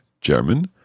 German